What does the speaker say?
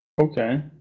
Okay